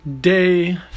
Day